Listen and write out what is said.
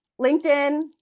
LinkedIn